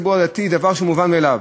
דבר שהוא מובן מאליו,